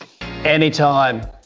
Anytime